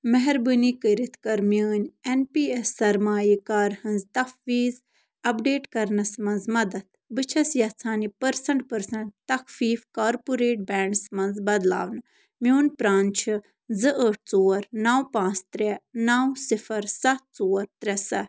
مہربٲنی کٔرتھ کر میٛٲنۍ ایٚن پی ایٚس سرمایہِ کٲرٕ ہنٛز تفویض اپڈیٹ کرنَس منٛز مدد بہٕ چھیٚس یژھان یہِ پٔرسن ٹُو پٔرسن تخفیٖف کارپوریٹ بینٛڈس منٛز بدلاوٕنۍ میٛون پرٛان چھُ زٕ ٲٹھ ژور نَو پانٛژھ ترٛےٚ نو صِفر سَتھ ژور ترٛےٚ سَتھ